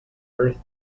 earth